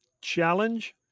challenge